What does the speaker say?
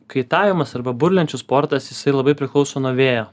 kaitavimas arba burlenčių sportas jisai labai priklauso nuo vėjo